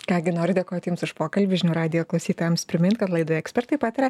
ką gi noriu dėkoti jums už pokalbį žinių radijo klausytojams primint kad laidoje ekspertai pataria